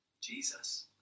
Jesus